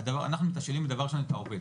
אנחנו מתשאלים דבר ראשון את העובד.